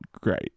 great